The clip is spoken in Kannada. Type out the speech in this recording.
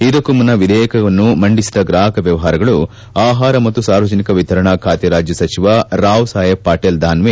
ಇದಕ್ಕೂ ಮುನ್ನ ವಿಧೇಯಕವನ್ನು ಮಂಡಿಸಿದ ಗ್ರಾಹಕ ವ್ಲವಹಾರಗಳು ಆಹಾರ ಮತ್ತು ಸಾರ್ವಜನಿಕ ವಿತರಣಾ ಖಾತೆ ರಾಜ್ಯ ಸಚಿವ ರಾವ್ ಸಾಹೇಬ್ ಪಾಟೀಲ್ ದಾಸ್ತೆ